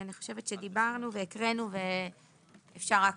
אני חושבת שדיברנו והקראנו ואפשר רק